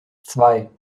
zwei